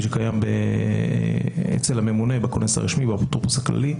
שקיים אצל הממונה בכונס הרשמי ובאפוטרופוס הכללי,